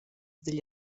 digl